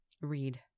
read